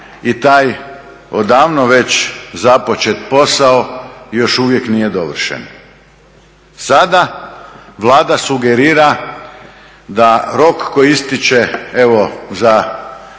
i taj odavno već započet posao još uvijek nije dovršen. Sada Vlada sugerira da rok koji ističe evo